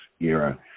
era